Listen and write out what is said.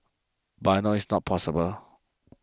but I know it's not possible